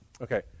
Okay